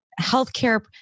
healthcare